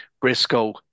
Briscoe